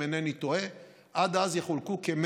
אם